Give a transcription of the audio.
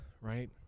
Right